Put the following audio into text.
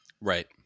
Right